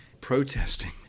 protesting